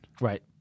Right